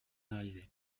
arrivée